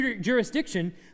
jurisdiction